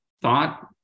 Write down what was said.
thought